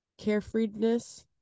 carefreedness